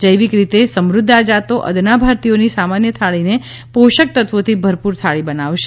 જૈવિક રીતે સમૃદ્ધ આ જાતો અદના ભારતીયોની સામાન્ય થાળીને પોષક તત્વોથી ભરપુર થાળી બનાવશે